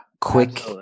quick